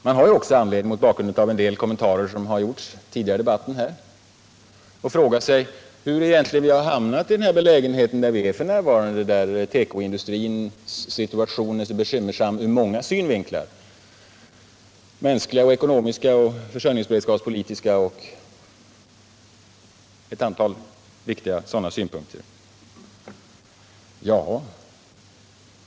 Med anledning av en del kommentarer som tidigare gjorts i denna debatt kan man också fråga sig hur vi egentligen har hamnat i den situation som vi nu befinner oss i, när tekoindustrins läge är så bekymmersamt ur mänskliga, ekonomiska, försörjningsberedskapspolitiska och ett antal andra viktiga synpunkter.